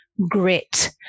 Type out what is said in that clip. Grit